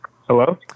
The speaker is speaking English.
hello